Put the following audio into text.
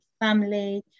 family